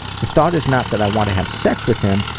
the thought is not that i want to have sex with him,